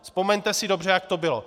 Vzpomeňte si dobře, jak to bylo.